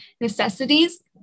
necessities